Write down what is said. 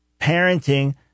parenting